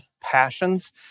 passions